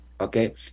okay